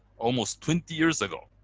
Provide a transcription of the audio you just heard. almost twenty years ago